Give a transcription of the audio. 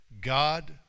God